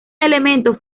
elementos